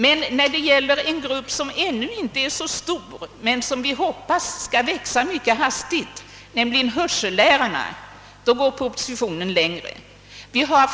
I fråga om en grupp som ännu inte är så stor men som vi hoppas skall växa mycket hastigt, nämligen hörsellärarna, går propositionen däremot längre.